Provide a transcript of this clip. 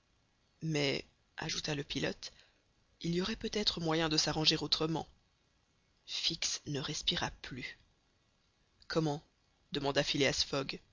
mais ajouta le pilote il y aurait peut-être moyen de s'arranger autrement fix ne respira plus comment demanda phileas fogg